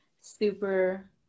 super